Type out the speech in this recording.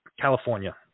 California